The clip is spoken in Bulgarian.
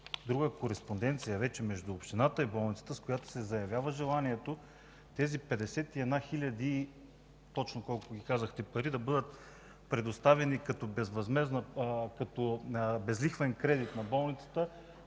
друга кореспонденция между общината и болницата, с което се заявява желанието тези 51 хил. лв. да бъдат предоставени като безлихвен кредит на болницата,